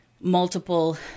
multiple